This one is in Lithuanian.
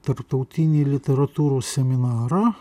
tarptautinį literatūros seminarą